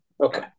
okay